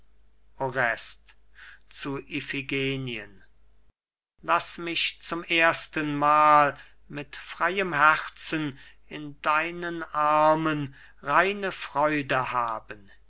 zu iphigenien laß mich zum erstenmal mit freiem herzen in deinen armen reine freude haben